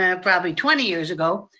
um probably twenty years ago,